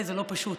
זה בהחלט לא פשוט.